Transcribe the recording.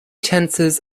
tenses